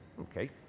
Okay